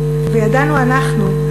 וידענו אנחנו,